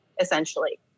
essentially